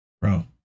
Bro